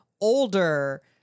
older